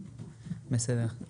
בסדר.